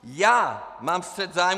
Já mám střet zájmů.